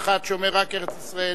ואחד שאומר "רק ארץ-ישראל"